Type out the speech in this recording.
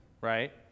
right